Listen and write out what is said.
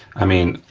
i mean,